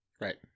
Right